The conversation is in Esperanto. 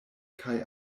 kaj